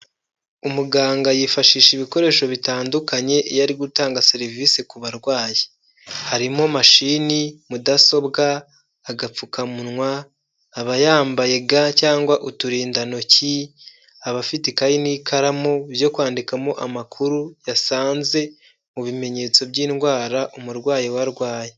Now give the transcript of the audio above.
Umuganga yifashisha ibikoresho bitandukanye iyo ari gutanga serivisi ku barwayi, harimo imashini mudasobwa agapfukamunwa, aba yambaye ga cyangwa uturindantoki aba afite ikayi n'ikaramu byo kwandikamo amakuru, yasanze mu bimenyetso by'indwara umurwayi we, arwaye.